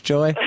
Joy